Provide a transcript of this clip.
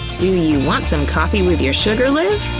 do you want some coffee with your sugar, liv?